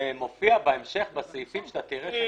זה מופיע בהמשך, בסעיפים שתראה.